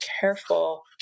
careful